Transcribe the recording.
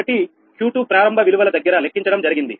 కాబట్టి Q2 ప్రారంభ విలువల దగ్గర లెక్కించడం జరిగింది